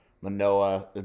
Manoa